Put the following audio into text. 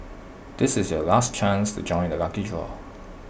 this is your last chance to join the lucky draw